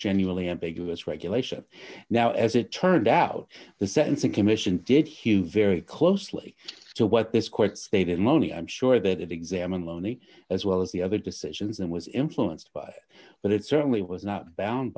genuinely ambiguous regulation now as it turned out the sentencing commission did hugh very closely to what this court stated moni i'm sure that it examined loney as well as the other decisions and was influenced by but it certainly was not bound